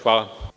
Hvala.